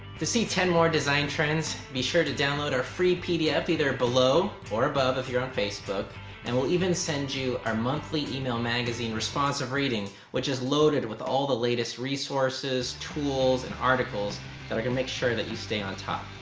to see ten more design trends be sure to download our free pdf either below or above your facebook and will even send you our monthly email magazine responsive reading which is loaded with all the latest resources tools and articles that are going to make sure that you stay on top.